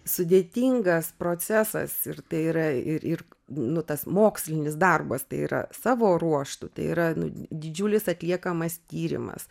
sudėtingas procesas ir tai yra ir ir nu tas mokslinis darbas tai yra savo ruožtu tai yra didžiulis atliekamas tyrimas